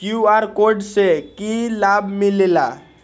QR code से कि कि लाव मिलेला?